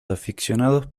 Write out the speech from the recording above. aficionados